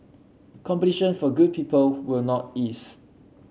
competition for good people will not ease